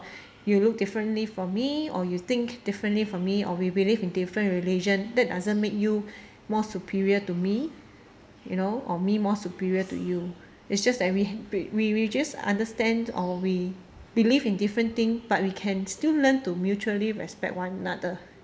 you look differently from me or you think differently from me or we believe in different religion that doesn't make you more superior to me you know or me more superior to you it's just that we h~ we we we just understand or we believe in different thing but we can still learn to mutually respect one another